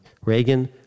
Reagan